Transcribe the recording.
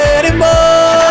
anymore